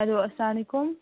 hello اَسلام علیکُم